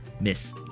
Miss